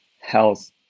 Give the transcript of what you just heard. health